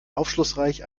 aufschlussreich